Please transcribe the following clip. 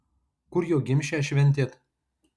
kur jo gimšę šventėt